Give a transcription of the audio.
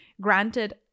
granted